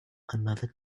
another